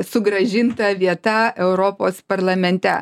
sugrąžinta vieta europos parlamente